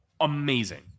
Amazing